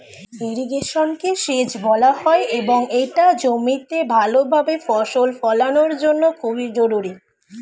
ইরিগেশনকে সেচ বলা হয় এবং এটা জমিতে ভালোভাবে ফসল ফলানোর জন্য খুবই জরুরি